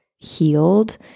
healed